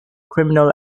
criminal